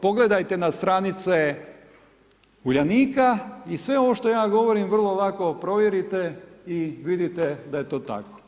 Pogledajte na stranice Uljanika i sve ovo što ja govorim, vrlo lako provjerite i vidite da je to tako.